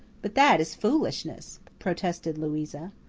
but that is foolishness, protested louisa.